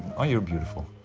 aren't you beautiful?